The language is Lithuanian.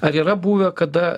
ar yra buvę kada